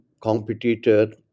competitor